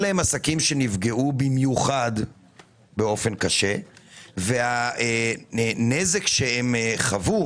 אלה עסקים שנפגעו במיוחד באופן קשה והנזק שהם חוו